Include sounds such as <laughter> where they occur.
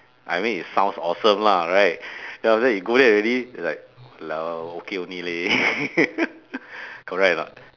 I mean it sounds awesome lah right then after that you go there already like !walao! okay only leh <laughs> correct or not